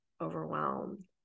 overwhelmed